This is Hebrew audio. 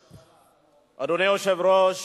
יש ועדות קבלה, אדוני היושב-ראש,